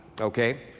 okay